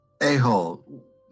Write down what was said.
A-hole